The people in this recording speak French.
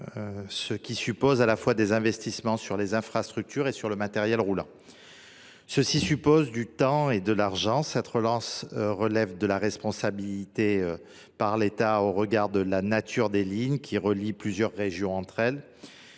nous avons besoin d’investissements sur les infrastructures et sur le matériel roulant, ce qui suppose du temps et de l’argent. Cette relance relève de la responsabilité de l’État compte tenu de la nature de ces lignes, qui relient plusieurs régions entre elles.